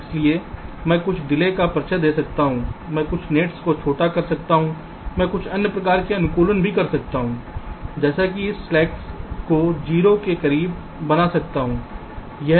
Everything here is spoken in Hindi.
इसलिए मैं कुछ डिले का परिचय दे सकता हूं मैं कुछ गेट्स को छोटा कर सकता हूं मैं कुछ अन्य प्रकार के अनुकूलन कर सकता हूं जैसे कि इस स्लैक्स को 0 के करीब बना सकता हूं